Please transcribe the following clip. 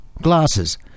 glasses